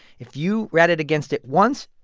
if you ratted against it once,